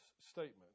statement